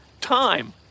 time